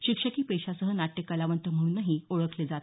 शिक्षकीपेशासह नाट्यकलावंत म्हणूनही ओळखले जात